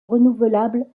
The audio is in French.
renouvelable